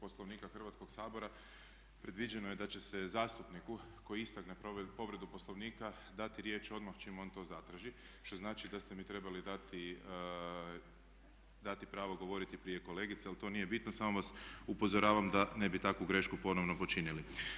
Poslovnika Hrvatskoga sabora predviđeno je da će se zastupniku koji ispravlja povredu Poslovnika dati riječ odmah čim on to zatraži što znači da ste mi trebali dati pravo govoriti prije kolegice ali to nije bitno, samo vas upozoravam da ne bi takvu grešku ponovno počinili.